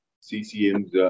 CCM's